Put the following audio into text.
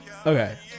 Okay